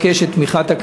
על-פי החוק סגני יושב-ראש